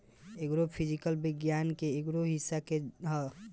agro physics विज्ञान के एगो हिस्सा ह जवन कृषि विज्ञान अउर भौतिकी पर आधारित बा